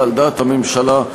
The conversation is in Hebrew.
על דעת הממשלה,